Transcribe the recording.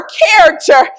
character